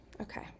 Okay